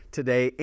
today